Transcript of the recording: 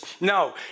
No